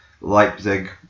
Leipzig